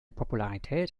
popularität